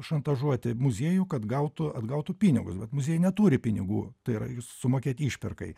šantažuoti muziejų kad gautų atgautų pinigus bet muziejai neturi pinigų tai yra jų sumokėti išpirkai